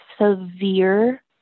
severe